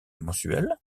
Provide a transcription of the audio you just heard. mensuel